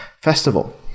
festival